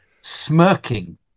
smirking